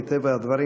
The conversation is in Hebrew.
מטבע הדברים,